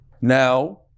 now